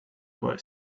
boy